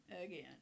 again